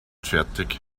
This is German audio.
fertig